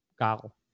gal